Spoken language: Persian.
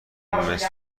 مثل